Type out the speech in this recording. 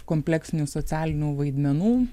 kompleksinių socialinių vaidmenų